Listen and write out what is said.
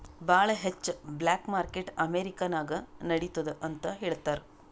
ಭಾಳ ಹೆಚ್ಚ black market America ನಾಗ್ ನಡಿತ್ತುದ್ ಅಂತ್ ಹೇಳ್ತಾರ್